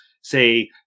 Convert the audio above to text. say